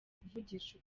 kuvugisha